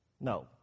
No